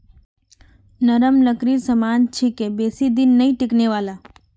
नरम लकड़ीर सामान छिके बेसी दिन नइ टिकने वाला